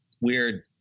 weird